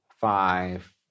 five